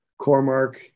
Cormark